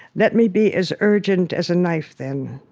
let me be as urgent as a knife, then,